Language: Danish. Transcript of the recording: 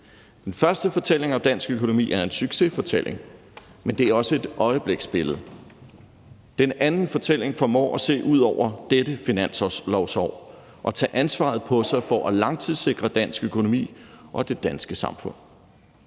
Den første fortælling om dansk økonomi er en succesfortælling, men det er også et øjebliksbillede. Den anden fortælling formår at se ud over dette finanslovsår og tage ansvaret på sig for at langtidssikre dansk økonomi og det danske samfund.